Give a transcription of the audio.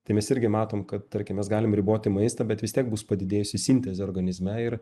tai mes irgi matom kad tarkim mes galim riboti maistą bet vis tiek bus padidėjusi sintezė organizme ir